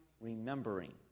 remembering